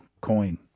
coin